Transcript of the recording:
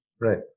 Right